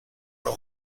only